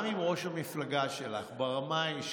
גם עם ראש המפלגה שלך ברמה האישית,